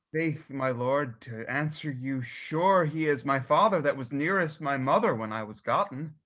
faith, my lord, to answer you sure he is my father that was nearest my mother when i was gotten.